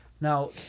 Now